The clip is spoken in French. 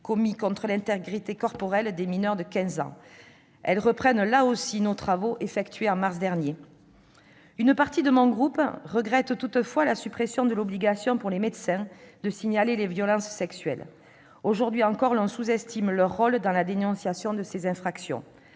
commis contre l'intégrité corporelle des mineurs de quinze ans. Ces mesures reprennent là aussi nos travaux réalisés en mars dernier. Une partie des membres de mon groupe regrette toutefois la suppression de l'obligation pour les médecins de signaler les violences sexuelles. Aujourd'hui encore, on sous-estime le rôle de ces derniers dans la dénonciation de ces infractions,